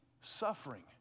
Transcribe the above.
suffering